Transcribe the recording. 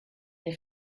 der